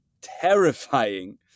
terrifying